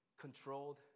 controlled